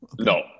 no